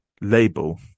label